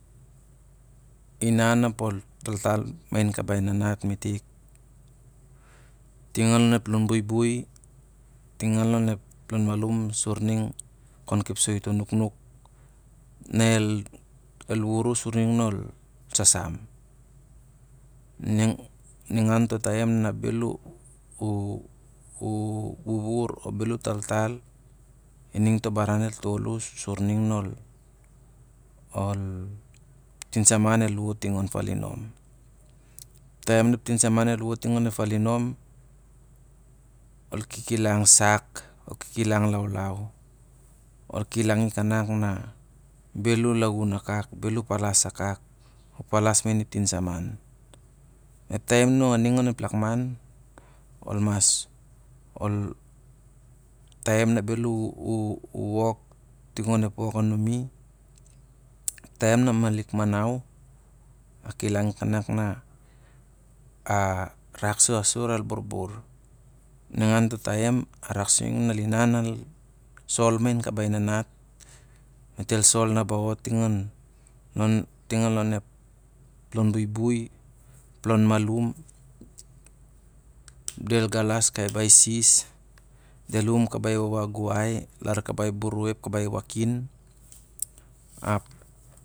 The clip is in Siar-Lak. Inan ap ol taltal ma in kai bar na rat metik ting on eo lon bui ting oneo lon malum sur ning kon kepsoi to naknuk na el wur a sur ning na ol sa- sam. Ningan to tau na bel u iru wurwur na bel u taltal, ining to baran el tol u suring ep tia saman el wot ting onep falinom. Taim na eo tinsaman el wat ting oneo falinon, ol kikilang sak, el kikilang laulau, kanak na bel u laun akak, bel u pulas akak. Eo taiai na u malik. Manau, a kilangi kanak na raksa sur al burbur. Ningan to taim a rak sur ning al iwan al sol main kabai nanat, met el sol nabaut ting lon, alon eo ka bui bui, eo lon malum, del galas kabai sis, del lum kabai wawaguwai, kabai buroi ap kabai wakin